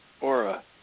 aura